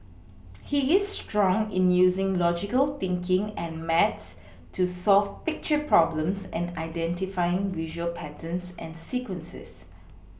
he is strong in using logical thinking and maths to solve picture problems and identifying visual patterns and sequences